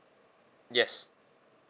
yes